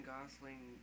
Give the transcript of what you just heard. Gosling